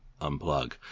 unplug